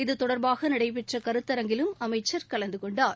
இதுதொடர்பாக நடைபெற்ற கருத்தரங்கிலும் அமைச்சர் கலந்துகொண்டார்